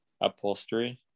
upholstery